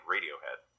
Radiohead